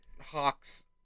Hawks